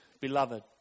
Beloved